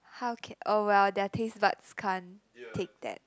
how can oh well their tastebuds can't take that